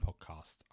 Podcast